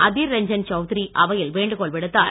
அதீர் ரஞ்சன் சவுத்ரி அவையில் வேண்டுகோள் விடுத்தார்